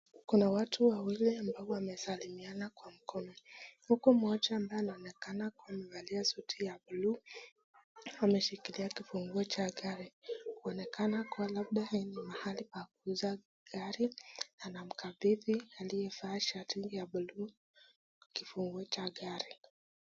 kuna watu wawili ambao wamesalimiana kwa mkono, huku moja ambaye anaonekana kuvalia suti ya buluu ameshikilia kifunguo cha gari. anaonekana labda ako mahali pa kuuza gari, anamkabidhi aliye vaa shati ya buluu kifunguo cha gari.